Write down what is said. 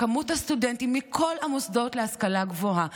מספר הסטודנטים מכל המוסדות להשכלה גבוהה,